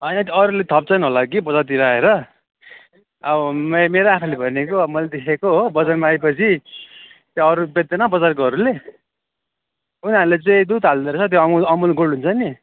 होइन अरूले थप्छन् होला कि बजारतिर आएर अब मेरो आँखाले भनेको अब मैले देखेको हो बजारमा आएपछि त्यहाँ अरू बेच्दैन बजारकोहरूले उनीहरूले चाहिँ दुध हाल्दोरहेछ त्यो अमुल अमुल गोल्ड हुन्छ नि